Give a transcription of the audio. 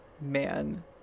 man